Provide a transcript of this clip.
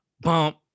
bump